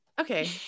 Okay